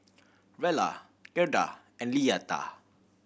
Rella Gerda and Leatha